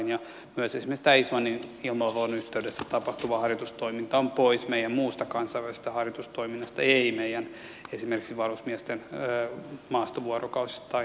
myös esimerkiksi tämä islannin ilmavalvonnan yhteydessä tapahtuva harjoitustoiminta on pois meidän muusta kansainvälisestä harjoitustoiminnasta ei esimerkiksi meidän varusmiesten maastovuorokausista tai muusta